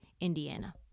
indiana